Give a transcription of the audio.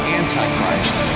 antichrist